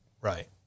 Right